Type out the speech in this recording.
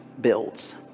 builds